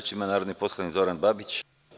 Reč ima narodni poslanik Zoran Babić.